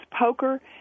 poker